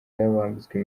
bambitswe